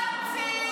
לא להמציא.